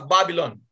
Babylon